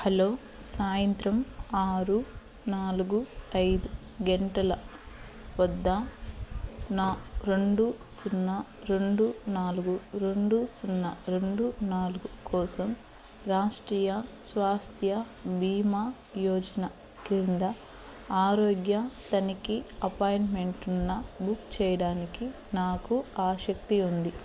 hello సాయంత్రం ఆరు నాలుగు ఐదు గంటల వద్ద న రెండు సున్నా రెండు నాలుగు రెండు సున్నా రెండు నాలుగు కోసం రాష్ట్రీయ స్వాస్థ్య బీమా యోజన కింద ఆరోగ్య తనిఖీ అపాయింట్మెంట్టున్న బుక్ చేయడానికి నాకు ఆసక్తి ఉంది